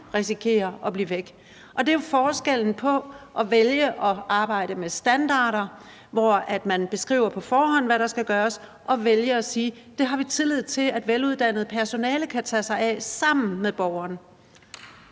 risikerer at blive væk? Det er jo forskellen på at vælge at arbejde med standarder, hvor man på forhånd beskriver, hvad der skal gøres, og så vælge at sige: Det har vi tillid til at veluddannet personale kan tage sig af sammen med borgeren.